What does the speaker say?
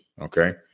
Okay